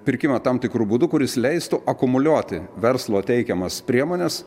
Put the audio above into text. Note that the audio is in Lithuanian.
pirkimą tam tikru būdu kuris leistų akumuliuoti verslo teikiamas priemones